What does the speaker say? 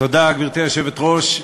גברתי היושבת-ראש,